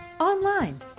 online